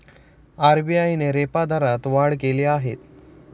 RBI ने repo दरात वाढ केली आहे